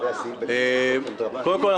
קודם כל,